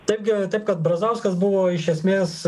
taip gi taip kad brazauskas buvo iš esmės